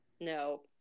no